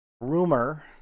Rumor